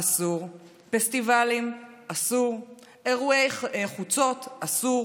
אסור, פסטיבלים, אסור, אירועי חוצות, אסור,